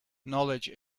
knowledge